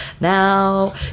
now